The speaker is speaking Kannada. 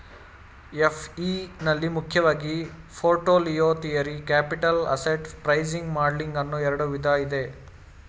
ಎಫ್.ಇ ನಲ್ಲಿ ಮುಖ್ಯವಾಗಿ portfolio theory, capital asset pricing modelling ಅನ್ನೋ ಎರಡು ವಿಧ ಇದೆ